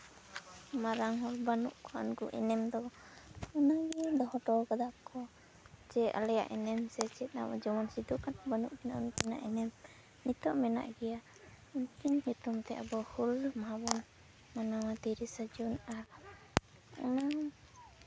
ᱢᱟᱨᱟᱝ ᱦᱚᱲ ᱵᱟᱹᱱᱩᱜ ᱠᱚᱣᱟ ᱩᱱᱠᱩ ᱮᱱᱮᱢ ᱫᱚ ᱚᱱᱟᱜᱮ ᱫᱚᱦᱚ ᱦᱚᱴᱚ ᱠᱟᱫᱟ ᱠᱚ ᱡᱮ ᱟᱞᱮᱭᱟᱜ ᱮᱱᱮᱢ ᱥᱮ ᱪᱮᱫ ᱦᱚᱸ ᱡᱮᱢᱚᱱ ᱥᱤᱫᱩᱼᱠᱟᱹᱱᱦᱩ ᱵᱟᱹᱱᱩᱜ ᱠᱤᱱᱟ ᱩᱱᱠᱤᱱᱟᱜ ᱮᱱᱮᱢ ᱱᱤᱛᱚᱜ ᱢᱮᱱᱟᱜ ᱜᱮᱭᱟ ᱩᱱᱠᱤᱱ ᱩᱛᱩᱢ ᱛᱮ ᱟᱵᱚ ᱦᱩᱞ ᱢᱟᱦᱟ ᱵᱚᱱ ᱢᱟᱱᱟᱣᱟ ᱛᱤᱨᱤᱥᱟ ᱡᱩᱱ ᱟᱨ ᱚᱱᱟ